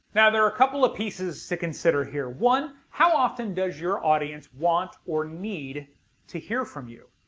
now there are a couple of pieces to consider here. one how often does your audience want or need to hear from you?